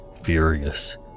furious